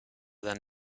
than